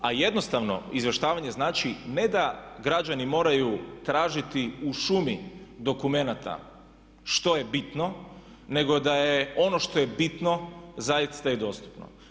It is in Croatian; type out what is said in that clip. A jednostavno izvještavanje znači ne da građani moraju tražiti u šumi dokumenata što je bitno, nego da je ono što je bitno zaista i dostupno.